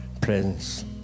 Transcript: presence